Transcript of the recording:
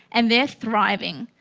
and they are thriving.